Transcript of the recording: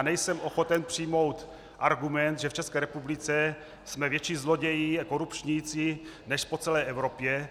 Nejsem ochoten přijmout argument, že v České republice jsme větší zloději a korupčníci než po celé Evropě.